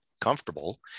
comfortable